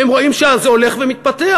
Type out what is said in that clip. והם רואים שזה הולך ומתפתח,